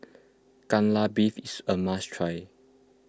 Kai Lan Beef is a must try